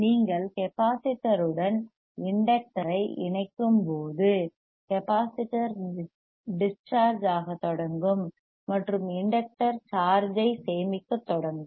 நீங்கள் கெப்பாசிட்டர்யுடன் இண்டக்டர் ஐ இணைக்கும்போது கெப்பாசிட்டர் டிஸ் சார்ஜ் ஆக தொடங்கும் மற்றும் இண்டக்டர் சார்ஜ் ஐ சேமிக்கத் தொடங்கும்